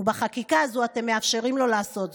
ובחקיקה הזו אתם מאפשרים לו לעשות זאת.